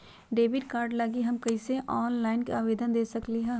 Debit card लागी हम कईसे ऑनलाइन आवेदन दे सकलि ह?